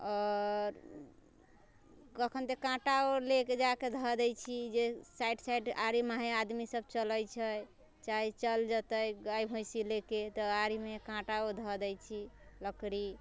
आओर कखन दे काँटा ले जा के धऽ दै छी जे साइड साइड आरे महे आदमी सब चलै छै चाहे चल जेतै गाय भैंसी ले के तऽ आरीमे काँटा धऽ दै छी लकड़ी